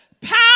power